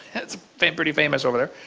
it's pretty famous over there,